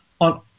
on